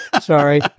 Sorry